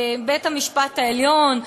בית-המשפט העליון,